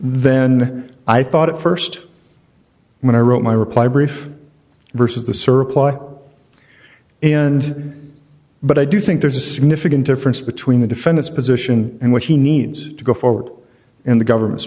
then i thought at first when i wrote my reply brief versus the surplus and but i do think there's a significant difference between the defendant's position and what he needs to go forward and the government's